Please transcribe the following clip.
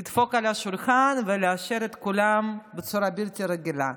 הוא לדפוק על השולחן וליישר את כולם בצורה בלתי רגילה.